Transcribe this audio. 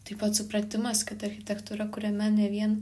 taip pat supratimas kad architektūra kuriama ne vien